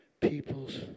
people's